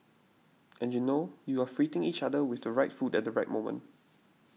and you know you are each other with the right food at the right moment